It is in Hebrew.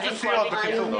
אין קואליציה.